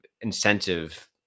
incentive